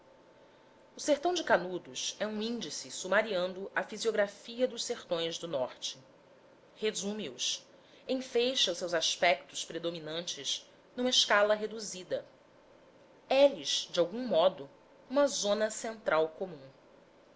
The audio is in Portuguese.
o sertão de canudos é um índice sumariando a fisiografia dos sertões do norte resume os enfeixa os seus aspectos predominantes numa escala reduzida é lhes de algum modo uma zona central comum